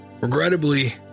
Regrettably